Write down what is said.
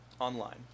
online